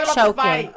Choking